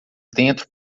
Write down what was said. dentro